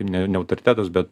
ne ne autoritetas bet